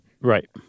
Right